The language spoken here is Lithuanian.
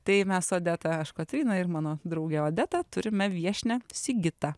tai mes odeta aš kotryna ir mano draugė odeta turime viešnią sigitą